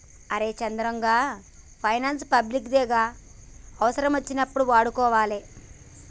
ఒరే చంద్రం, గా finance public దే గదా, అవుసరమచ్చినప్పుడు వాడుకోవాలె